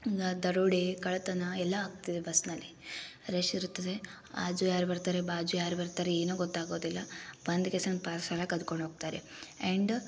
the ದರೋಡೆ ಕಳ್ತನ ಎಲ್ಲ ಆಗ್ತಿದೆ ಬಸ್ನಲ್ಲಿ ರಶ್ ಇರುತ್ತದೆ ಆಜು ಯಾರು ಬರ್ತಾರೆ ಬಾಜು ಯಾರು ಬರ್ತಾರೆ ಏನು ಗೊತ್ತಾಗೋದಿಲ್ಲ ಬಂದು ಕೆಸಂದ ಪರ್ಸ್ ಎಲ್ಲ ಕದ್ಕೊಂಡು ಹೋಗ್ತಾರೆ ಆ್ಯಂಡ್